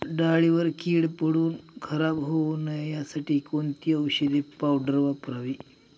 डाळीवर कीड पडून खराब होऊ नये यासाठी कोणती औषधी पावडर वापरावी?